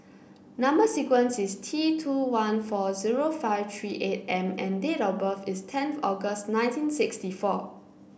number sequence is T two one four zero five three eight M and date of birth is tenth August nineteen sixty four